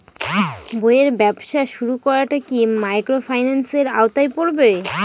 বইয়ের ব্যবসা শুরু করাটা কি মাইক্রোফিন্যান্সের আওতায় পড়বে?